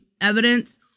evidence